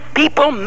people